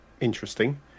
interesting